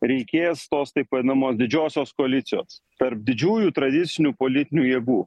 reikės tos taip vadinamos didžiosios koalicijos tarp didžiųjų tradicinių politinių jėgų